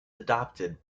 adopted